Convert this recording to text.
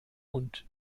und